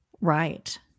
right